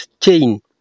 chain